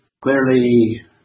Clearly